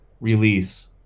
release